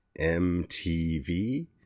MTV